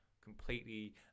completely